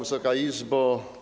Wysoka Izbo!